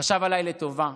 חשב עליי לטובה,